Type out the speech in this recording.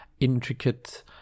intricate